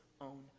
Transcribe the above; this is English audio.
own